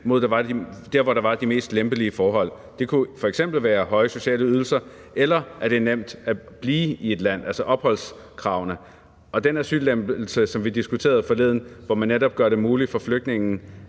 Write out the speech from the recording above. lande, hvor der var de mest lempelige forhold – det kunne f.eks. være høje sociale ydelser eller opholdskravene, altså at det er nemt at blive i et land. Og den asyllempelse, som vi diskuterede forleden, hvor man netop gør det muligt for flygtninge